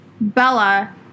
Bella